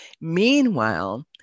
Meanwhile